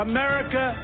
America